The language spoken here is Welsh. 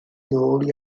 nôl